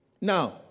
Now